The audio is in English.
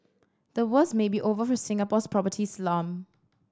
the worst may be over for Singapore's property slump